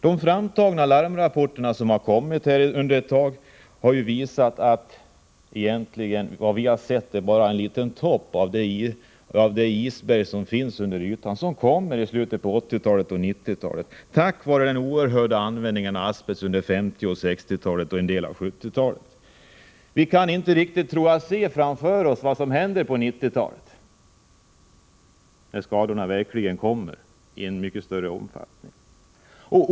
De larmrapporter som kommit har ju visat att vad vi har sett egentligen bara är en liten topp av det isberg som finns under ytan och som kommer att visa sig i slutet av 1980-talet och på 1990-talet på grund av den oerhörda användningen under 1950 och 1960-talen och en del av 1970-talet. Vi kan inte riktigt, tror jag, se framför oss vad som händer på 1990-talet, när skadorna verkligen kommer i större omfattning.